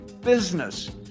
business